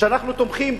שאנחנו תומכים בה,